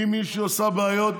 אם מישהי עושה בעיות,